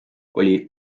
oli